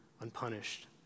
unpunished